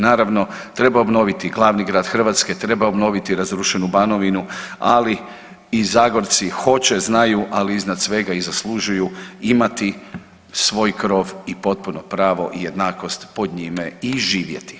Naravno, treba obnoviti glavni grad Hrvatske, treba obnoviti razrušenu Banovinu, ali i Zagorci hoće, znaju, ali iznad svega, i zaslužuju imati svoj krov i potpuno pravo i jednakost pod njime i živjeti.